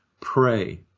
Pray